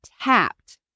tapped